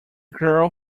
girl